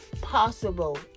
possible